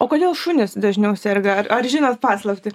o kodėl šunys dažniau serga ar ar žinot paslaptį